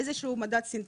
איזשהו מדד סינטטי.